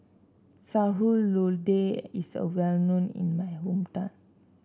Sayur Lodeh is well known in my hometown